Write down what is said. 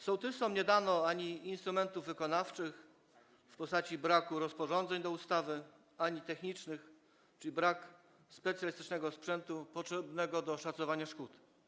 Sołtysom nie dano instrumentów ani wykonawczych w postaci rozporządzeń do ustawy, ani technicznych, czyli specjalistycznego sprzętu potrzebnego do szacowania szkód.